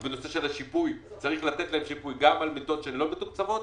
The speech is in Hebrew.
וב', צריך לתת להם שיפוי על מיטות שלא מתוקצבות,